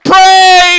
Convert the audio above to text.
Pray